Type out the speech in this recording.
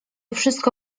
wszystko